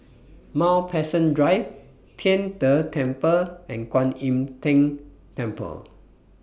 Mount Pleasant Drive Tian De Temple and Kwan Im Tng Temple